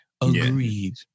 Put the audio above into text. Agreed